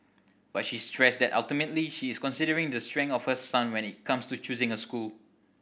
but she stressed that ultimately she is considering the strength of her son when it comes to choosing a school